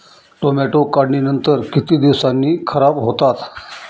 Tomato काढणीनंतर किती दिवसांनी खराब होतात?